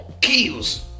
kills